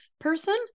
person